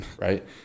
Right